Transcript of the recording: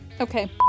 okay